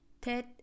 TED